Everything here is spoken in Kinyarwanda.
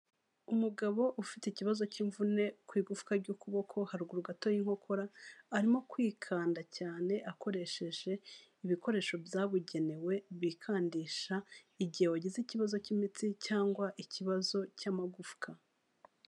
Umugabo ufite ikibazo cy'imvune ku igufwa ry'ukuboko haruguru gato y'inkokora, arimo kwikanda cyane akoresheje ibikoresho byabugenewe, bikandisha igihe wagize ikibazo cy'imitsi cyangwa ikibazo cy'amagufwa.